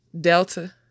Delta